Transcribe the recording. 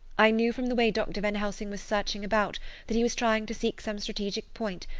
i knew from the way dr. van helsing was searching about that he was trying to seek some strategic point,